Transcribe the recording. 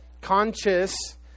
Conscious